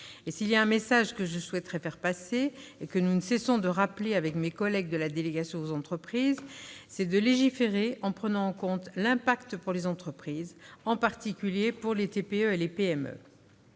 S'il y a un message que je souhaiterais faire passer- nous ne cessons de le rappeler avec mes collègues de la délégation aux entreprises -, c'est de légiférer en prenant en compte l'impact pour les entreprises, en particulier pour les TPE et les PME.